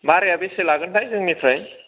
भाराया बेसे लागोन थाय जोंनिफ्राय